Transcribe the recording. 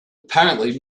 apparently